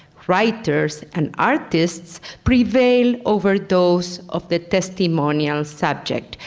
writers, and artists prevail over those of the testimonial subject,